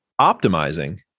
Optimizing